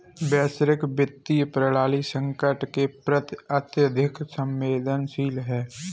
वैश्विक वित्तीय प्रणाली संकट के प्रति अत्यधिक संवेदनशील है